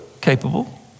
capable